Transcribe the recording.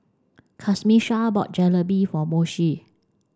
Camisha bought Jalebi for Moshe